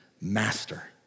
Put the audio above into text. Master